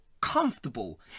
comfortable